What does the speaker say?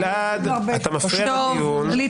גלעד, אני קראתי אותך לסדר פעם ראשונה.